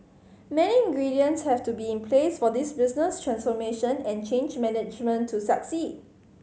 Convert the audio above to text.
many ingredients have to be in place for this business transformation and change management to succeed